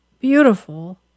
beautiful